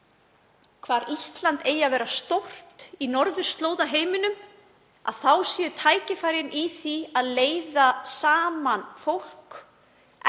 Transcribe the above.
stórt Ísland eigi að vera í norðurslóðaheiminum, þá séu tækifæri í því að leiða saman fólk,